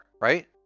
right